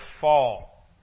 fall